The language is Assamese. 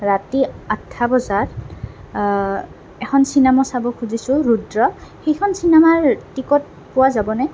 ৰাতি আঠটা বজাত এখন চিনেমা চাব খুজিছোঁ ৰুদ্ৰ সেইখন চিনেমাৰ টিকট পোৱা যাবনে